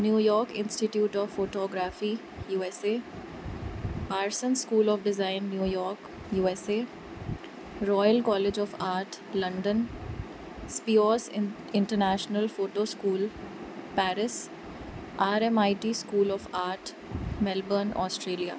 New York institute of photography U S A Parsons school of design New York U S A royal college of art London Speos in international photo school Paris R M I T school of art Melbourne Australia